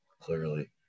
clearly